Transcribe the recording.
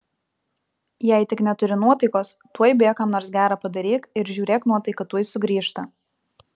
jei tik neturi nuotaikos tuoj bėk kam nors gera padaryk ir žiūrėk nuotaika tuoj sugrįžta